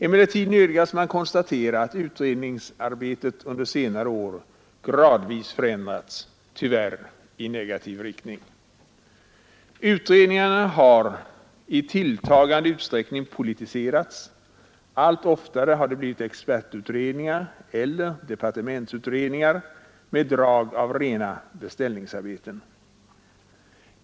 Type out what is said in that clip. Emellertid nödgas man konstatera att utredningsarbetet under senare år gradvis förändrats. Tyvärr i negativ riktning. Utredningarna har i tilltagande utsträckning politiserats, allt oftare har de blivit expertutredningar eller departementsutredningar med drag av rena beställningsarbeten.